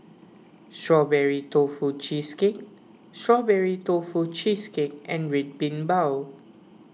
Strawberry Tofu Cheesecake Strawberry Tofu Cheesecake and Red Bean Bao